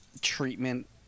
treatment